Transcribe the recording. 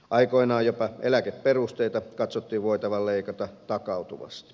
aikoinaan jopa eläkeperusteita katsottiin voitavan leikata takautuvasti